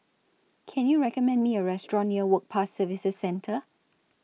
Can YOU recommend Me A Restaurant near Work Pass Services Centre